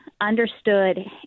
understood